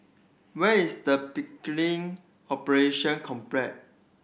where is Pickering Operation